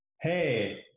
hey